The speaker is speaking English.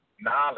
knowledge